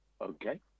Okay